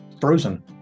frozen